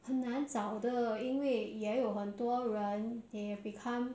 很难找的因为也有很多人 they have become